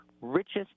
richest